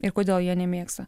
ir kodėl jie nemėgsta